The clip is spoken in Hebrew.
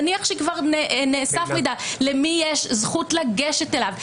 נניח שכבר נאסף מידע, למי יש זכות לגשת אליו?